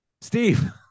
steve